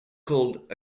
called